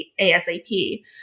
ASAP